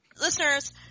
listeners